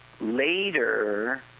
later